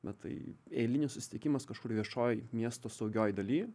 na tai eilinis susitikimas kažkur viešoj miesto saugioj daly